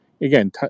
again